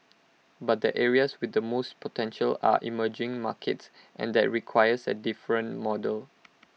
but the areas with the most potential are emerging markets and that requires A different model